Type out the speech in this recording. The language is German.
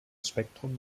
spektrum